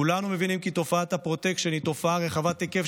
כולנו מבינים כי תופעת הפרוטקשן היא תופעה רחבת היקף,